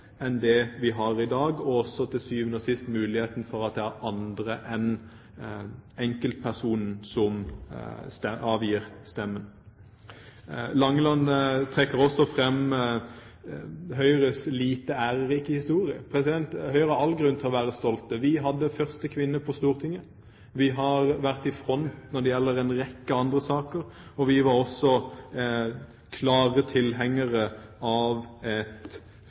enn det vi har i dag, og til syvende og sist muligheten for at det er andre enn enkeltpersonen som avgir stemme. Representanten Langeland trekker også frem Høyres lite ærerike historie. Høyre har all grunn til å være stolt. Vi hadde første kvinne på Stortinget. Vi har vært i front når det gjelder en rekke andre saker. Vi var også klare tilhengere av et